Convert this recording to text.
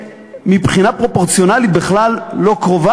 שמבחינה פרופורציונלית בכלל לא קרובה